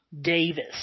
Davis